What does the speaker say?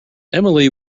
emily